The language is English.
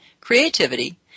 creativity